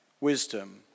wisdom